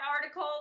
article